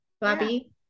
Bobby